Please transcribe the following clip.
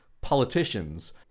politicians